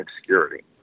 obscurity